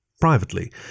Privately